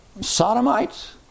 sodomites